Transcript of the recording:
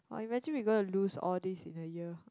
!woah! imagine we're gonna lose all these in a year